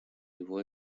его